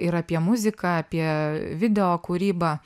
ir apie muziką apie videokūrybą